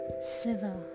Siva